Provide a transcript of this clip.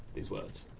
these words,